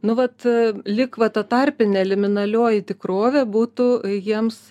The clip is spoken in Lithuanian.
nu vat lyg va ta tarpinė liminalioji tikrovė būtų jiems